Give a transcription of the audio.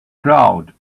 crowd